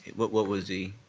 what what was the.